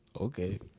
Okay